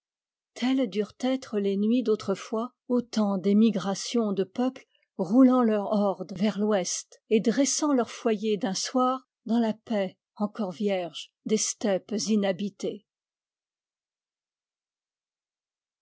telles durent être les nuits d'autrefois au temps des migrations de peuples roulant leurs hordes vers l'ouest et dressant leurs foyers d'un soir dans la paix encore vierge des steppes inhabitées